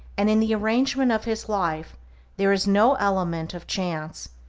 and in the arrangement of his life there is no element of chance,